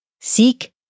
seek